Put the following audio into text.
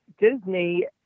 Disney